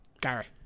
Gary